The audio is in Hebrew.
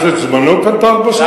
הוא יבזבז את זמנו כאן ארבע שעות?